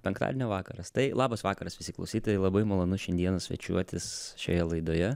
penktadienio vakaras tai labas vakaras visi klausytojai labai malonu šiandieną svečiuotis šioje laidoje